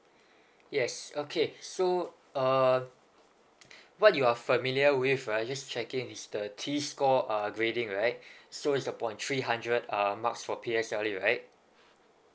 yes okay so uh what you are familiar with right just checking is the t score uh grading right so is upon three hundred uh marks for P_S_L_Eright